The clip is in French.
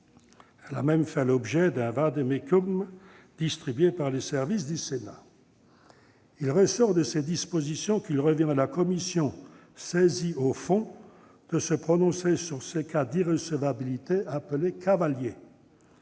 Elle a même fait l'objet d'un vade-mecum, distribué par les services de notre assemblée. Il ressort de ces dispositions qu'il revient à la commission saisie au fond de se prononcer sur ces cas d'irrecevabilité, appelés « cavaliers ».